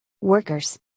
workers